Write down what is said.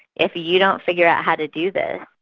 if you don't figure out how to do this,